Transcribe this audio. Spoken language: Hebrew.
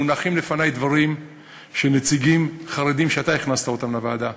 מונחים לפני דברים של נציגים חרדים שאתה הכנסת לוועדה,